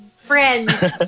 friends